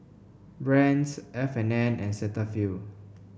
Brand's F and N and Cetaphil